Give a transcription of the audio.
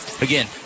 again